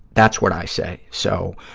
that's what i say. so,